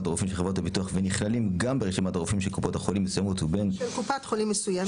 הרופאים של חברת הביטוח ונכללים גם ברשימת הרופאים של קופת חולים מסוימת,